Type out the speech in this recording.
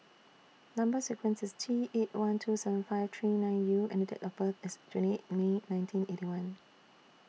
Number sequence IS T eight one two seven five three nine U and Date of birth IS twentieth May nineteen Eighty One